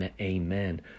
amen